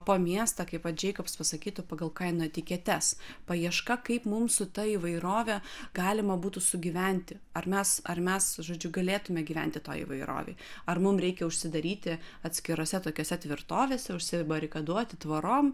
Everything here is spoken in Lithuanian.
po miestą kaip va džeikobs pasakytų pagal kainų etiketes paieška kaip mums su ta įvairove galima būtų sugyventi ar mes ar mes žodžiu galėtume gyventi toj įvairovėj ar mum reikia užsidaryti atskirose tokiose tvirtovėse užsibarikaduoti tvorom